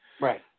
Right